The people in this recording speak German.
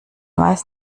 weiß